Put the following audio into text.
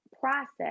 process